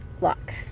luck